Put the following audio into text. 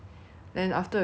then after a few days